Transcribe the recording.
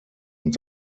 und